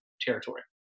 territory